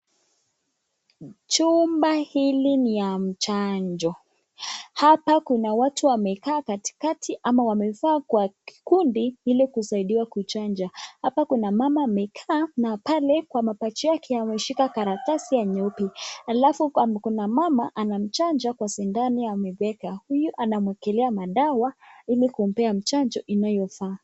Chumba hili ni ya mchanjo. Hapa kuna watu wamekaa katikati ama wamekaa kwa kikundi ili kusaidia kuchanja. Hapa kuna mama amekaa na pale kwa mapacha yake ameshika karatasi ya nyeupe. Alafu kuna mama anamchanja kwa sindano ameweka. Huyu anamuekelea madawa ili kumpea mchanjo inayofaa.